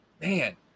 Man